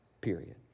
period